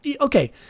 Okay